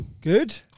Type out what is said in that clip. Good